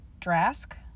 drask